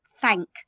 thank